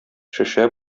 шешә